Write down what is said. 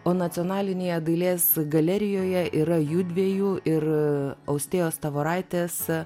o nacionalinėje dailės galerijoje yra judviejų ir austėjos tavoraitės